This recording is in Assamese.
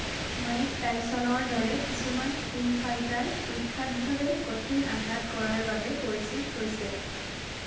মাইক টাইছনৰ দৰে কিছুমান ইন ফাইটাৰ কুখ্যাতভাৱে কঠিন আঘাত কৰাৰ বাবে পৰিচিত হৈছে